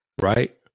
Right